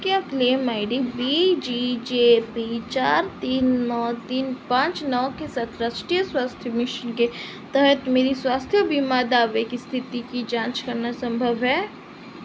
क्या claim I D B G J P चार तीन नौ तीन पाँच नौ के साथ राष्ट्रीय स्वास्थ्य मिशन के तहत मेरी स्वास्थ्य बीमा दावे की स्थिति की जांच करना संभव है